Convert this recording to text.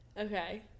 Okay